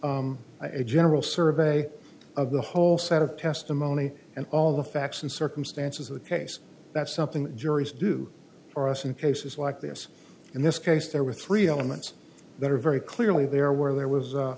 at a general survey of the whole set of testimony and all the facts and circumstances of the case that's something that juries do for us in cases like this in this case there were three elements that are very clearly there were there was